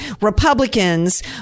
Republicans